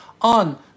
on